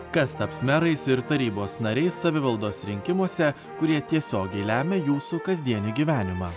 kas taps merais ir tarybos nariais savivaldos rinkimuose kurie tiesiogiai lemia jūsų kasdienį gyvenimą